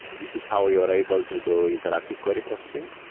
this is how we are able to do interactive query processing.